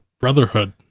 Brotherhood